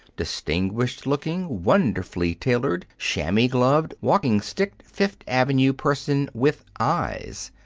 distinguished-looking, wonderfully tailored, chamois-gloved, walking-sticked fifth avenue person with eyes!